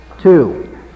Two